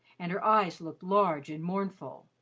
and her eyes looked large and mournful,